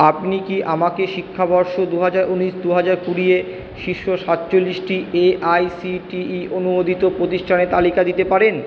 আপনি কি আমাকে শিক্ষাবর্ষ দু হাজার উনিশ দু হাজার কুড়িয়ে শীর্ষ সাতচল্লিশটি এআইসিটিই অনুমোদিত প্রতিষ্ঠানের তালিকা দিতে পারেন